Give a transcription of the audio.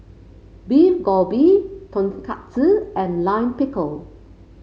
Beef Galbi Tonkatsu and Lime Pickle